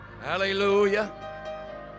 Hallelujah